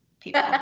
people